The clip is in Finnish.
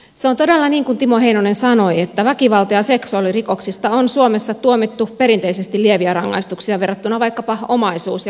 se on todella niin kuin timo heinonen sanoi että väkivalta ja seksuaalirikoksista on suomessa tuomittu perinteisesti lieviä rangaistuksia verrattuna vaikkapa omaisuus ja huumerikoksiin